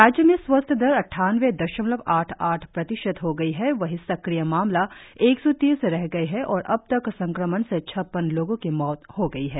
राज्य में स्वस्थ दर अट्ठानवे दशमलव आठ आठ प्रतिशत हो गई है वही सक्रिय मामला एक सौ तीस रह गई है और अब तक संक्रमण से छप्पन लोंगो की मौत हो गई है